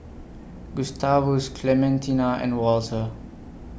Gustavus Clementina and Walter